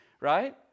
right